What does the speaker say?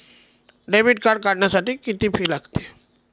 Debit card काढण्यासाठी किती fee लागते?